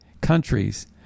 countries